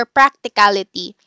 practicality